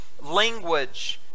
language